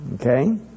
okay